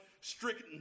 stricken